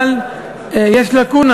אבל יש לקונה,